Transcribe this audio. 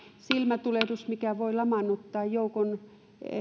silmätulehdus mikä voi lamaannuttaa joukon